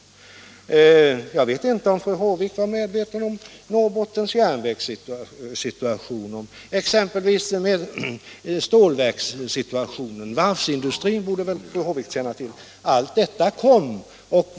Jag vet inte om fru Håvik var medveten om exempelvis situationen för Norrbottens Järnverk eller Stålverk 80, men varvsindu 31 strins problem borde väl fru Håvik känna till.